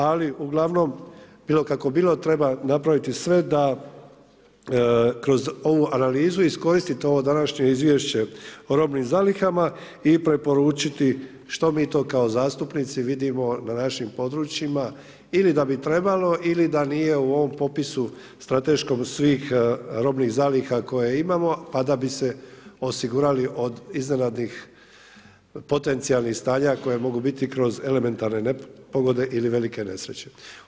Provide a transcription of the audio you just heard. Ali uglavnom bilo kako bilo treba napraviti sve da kroz ovu analizu iskoristite ovo današnje izvješće o robnim zalihama i preporučiti što mi to kao zastupnici vidimo na našim područjima ili da bi trebalo ili da nije u ovom popisu strateškom svih robnih zaliha koje imamo, a da bi se osigurali od iznenadnih potencijalnih stanja koje mogu biti kroz elementarne nepogode ili velike nesreće.